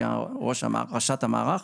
שהיא ראשת המערך.